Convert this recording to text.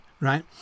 right